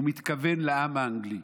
הוא מתכוון לעם האנגלי,